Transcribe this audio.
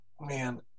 Man